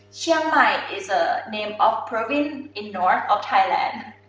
chiang mai is a name of province in north of thailand.